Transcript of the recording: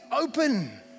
open